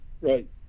right